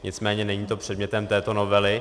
Nicméně není to předmětem této novely.